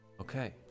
Okay